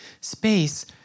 space